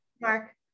mark